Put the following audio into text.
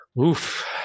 Oof